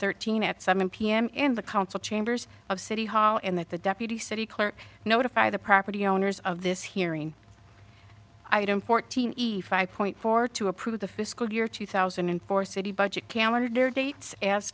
thirteen at seven p m in the council chambers of city hall in that the deputy city clerk notify the property owners of this hearing item fourteen five point four two approve the fiscal year two thousand and four city budget calendar dates as